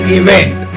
event